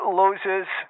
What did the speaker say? loses